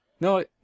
no